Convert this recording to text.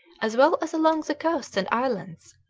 as well as along the coasts and islands,